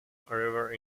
river